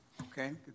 Okay